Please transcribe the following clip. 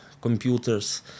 computers